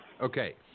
Okay